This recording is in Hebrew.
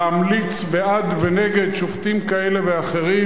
להמליץ בעד ונגד שופטים כאלה ואחרים,